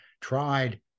tried